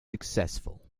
successful